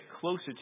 closer